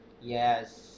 yes